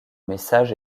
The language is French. message